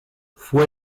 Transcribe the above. fue